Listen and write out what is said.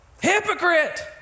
Hypocrite